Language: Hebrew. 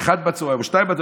או 13:00 או 14:00,